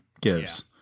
gives